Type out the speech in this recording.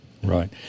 Right